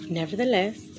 nevertheless